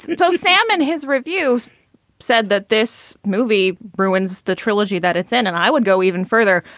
and told sam in his reviews said that this movie ruins the trilogy that it's in. and i would go even further.